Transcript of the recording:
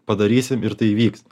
padarysim ir tai įvyks